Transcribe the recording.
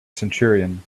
centurion